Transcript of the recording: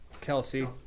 Kelsey